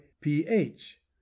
ph